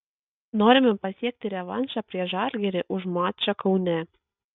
norime pasiekti revanšą prieš žalgirį už mačą kaune